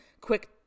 quick